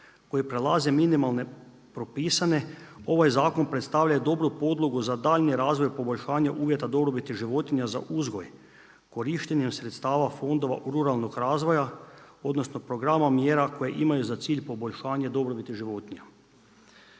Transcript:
koje prelaze minimalne propisane, ovaj zakon predstavlja i dobru podlogu za daljnji razvoj poboljšanja uvjeta dobrobiti životinja za uzgoj korištenjem sredstava fondova ruralnog razvoja odnosno programa mjera koje imaju za cilj poboljšanje dobrobiti životinja.